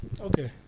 Okay